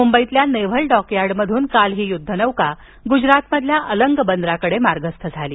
मुंबईतील naval dockyard मधून काल ही युद्धनौका गुरातमधील अलंग बंदराकडे मार्गस्थ झाली